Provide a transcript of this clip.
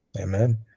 amen